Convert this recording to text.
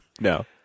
No